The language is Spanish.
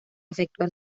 efectuar